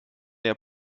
der